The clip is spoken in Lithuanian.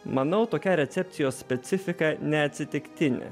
manau tokia recepcijos specifika neatsitiktinė